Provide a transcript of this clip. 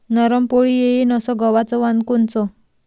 नरम पोळी येईन अस गवाचं वान कोनचं?